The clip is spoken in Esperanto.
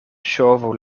ŝovu